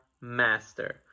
master